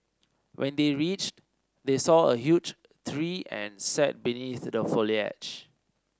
when they reached they saw a huge tree and sat beneath the foliage